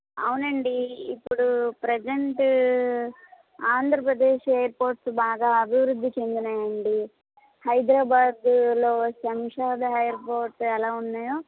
అవునండీ ఇప్పుడు ప్రజెంటూ ఆంధ్రప్రదేశ్ ఎయిర్పోర్స్ బాగా అభివృద్ది చెందాయండి హైదరాబాద్లో శంషాబాద్ ఎయిర్పోర్ట్లు ఎలా ఉన్నాయో